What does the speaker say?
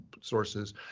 sources